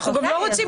אנחנו גם לא רוצים.